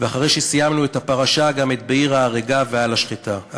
ואחרי שסיימנו את הפרשה גם את "בעיר ההרגה" ו"על השחיטה",